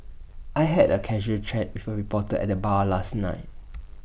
I had A casual chat before A reporter at the bar last night